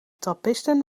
trappisten